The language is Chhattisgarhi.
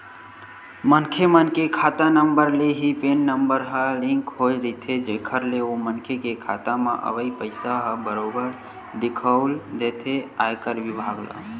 मनखे मन के खाता नंबर ले ही पेन नंबर ह लिंक होय रहिथे जेखर ले ओ मनखे के खाता म अवई पइसा ह बरोबर दिखउल देथे आयकर बिभाग ल